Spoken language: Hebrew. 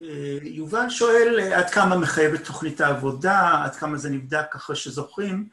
יובל שואל, עד כמה מחייבת תוכנית העבודה, עד כמה זה נבדק, אחרי שזוכים?